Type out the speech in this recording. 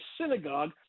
synagogue